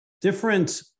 different